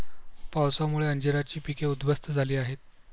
पावसामुळे अंजीराची पिके उध्वस्त झाली आहेत